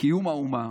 קיום האומה